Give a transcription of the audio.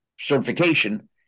certification